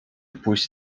pójść